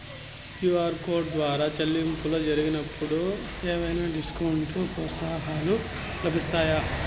QR code ద్వారా చెల్లింపులు జరిగినప్పుడు ఏవైనా డిస్కౌంట్ లు, ప్రోత్సాహకాలు లభిస్తాయా?